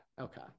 okay